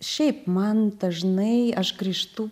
šiaip man dažnai aš grįžtu